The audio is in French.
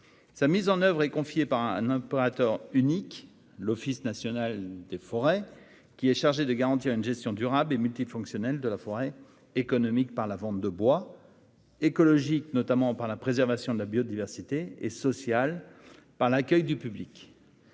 Sa mise en oeuvre est confiée à un opérateur unique, l'Office national des forêts (ONF), qui est chargé de garantir une gestion durable et multifonctionnelle de la forêt : économique, par la vente de bois ; écologique, notamment par la préservation de la biodiversité ; sociale, par l'accueil du public.